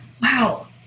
wow